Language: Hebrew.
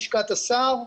לשכת השר,